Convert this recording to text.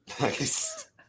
Nice